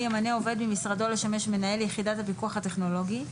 ימנה עובד ממשרדו לשמש מנהל של יחידת הפיקוח הטכנולוגי.